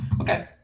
Okay